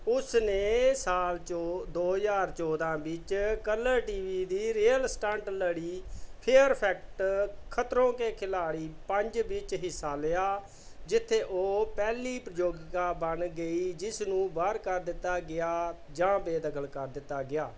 ਉਸ ਨੇ ਸਾਲ ਚੋ ਦੋ ਹਜ਼ਾਰ ਚੌਦਾਂ ਵਿੱਚ ਕਲਰ ਟੀ ਵੀ ਦੀ ਰੀਅਲ ਸਟੰਟ ਲੜੀ ਫੀਅਰ ਫੈਕਟਰ ਖਤਰੋਂ ਕੇ ਖਿਲਾੜੀ ਪੰਜ ਵਿੱਚ ਹਿੱਸਾ ਲਿਆ ਜਿੱਥੇ ਉਹ ਪਹਿਲੀ ਪ੍ਰਤੀਯੋਗਿਤਾ ਬਣ ਗਈ ਜਿਸ ਨੂੰ ਬਾਹਰ ਕਰ ਦਿੱਤਾ ਗਿਆ ਜਾਂ ਬੇਦਖਲ ਕਰ ਦਿੱਤਾ ਗਿਆ